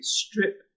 strip